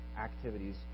activities